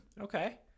okay